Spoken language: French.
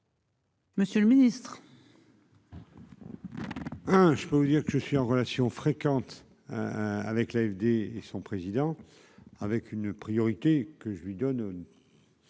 Monsieur le Ministre. Hein, je peux vous dire que je suis en relation fréquente avec l'AFD et son président, avec une priorité que je lui donne